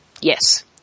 Yes